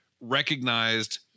recognized